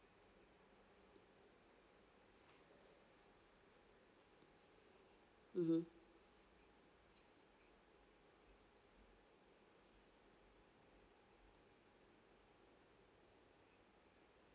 mmhmm